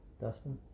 Dustin